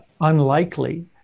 unlikely